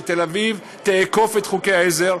שתאכוף את חוקי העזר.